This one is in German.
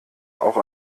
auch